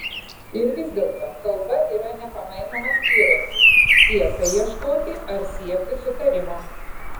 ir vis dėlto kalba yra nepamainomas įrankis tiesai ieškoti ar siekti sutarimo